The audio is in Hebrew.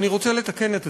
אני רוצה לתקן את עצמי: